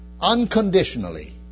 Unconditionally